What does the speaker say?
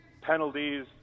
penalties